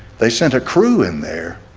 they sent a crew in there